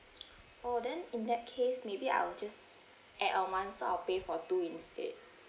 oh then in that case maybe I'll just add on one so I'll pay for two instead